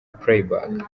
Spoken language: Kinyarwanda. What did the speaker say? playback